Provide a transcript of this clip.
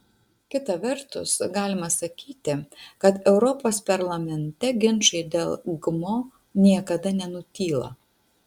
kita vertus galima sakyti kad europos parlamente ginčai dėl gmo niekada nenutyla